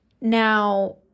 Now